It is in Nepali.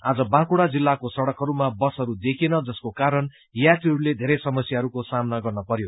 आज बाँकुड़ा जिल्लाको सड़कहरूमा बसहरू देखिएन जसको कारण यात्रीहरूले धेरै समस्याहरूको सामना गर्नु परयो